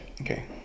Okay